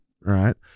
right